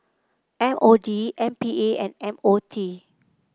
M O D M P A and M O T